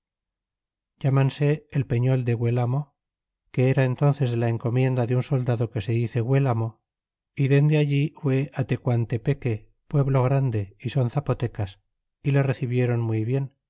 ilamanse el periol de guelamo que era entnces de la encomienda de un soldado que se dice guelamo y dende allí fué tecuantepeque pueblo grande y son zapotecas y le recibiéron muy bien